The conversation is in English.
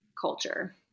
culture